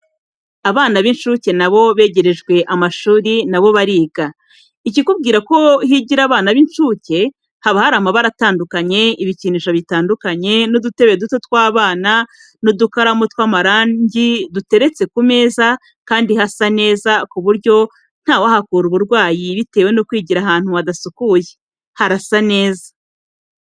Abana b'incuke na bo begerejwe amashuri na bo bariga. Ikizakubwira ko higira abana b'incuke, haba hari amabara atandukanye, ibikinisho bitandukanye n'udutebe duto tw'abana n'udukaramu tw'amarangi duteretse ku meza kandi hasa neza ku buryo ntawahakura uburwayi bitewe no kwigira ahantu hadasukuye, harasa neza.